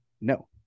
no